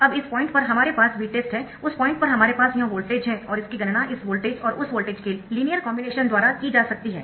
अब इस पॉइंट पर हमारे पास Vtest है उस पॉइंट पर हमारे पास यह वोल्टेज है और इसकी गणना इस वोल्टेज और उस वोल्टेज के लीनियर कॉम्बिनेशन द्वारा की जा सकती है